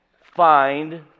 find